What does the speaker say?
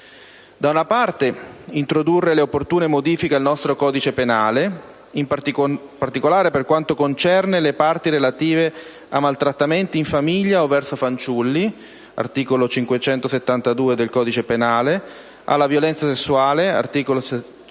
direttive, introdurre le opportune modifiche al nostro codice penale, in particolare per quanto concerne le parti relative ai maltrattamenti in famiglia o verso fanciulli (articolo 572 del codice penale), alla violenza sessuale (articolo